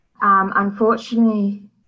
unfortunately